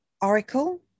Oracle